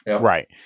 Right